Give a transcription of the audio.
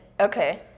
Okay